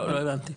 לא הבנתי,